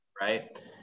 right